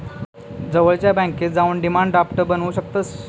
जवळच्या बॅन्केत जाऊन डिमांड ड्राफ्ट बनवू शकतंस